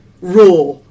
raw